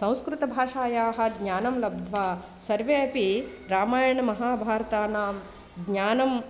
संस्कृतभाषायाः ज्ञानं लब्ध्वा सर्वे अपि रामायणमहाभारतानां ज्ञानं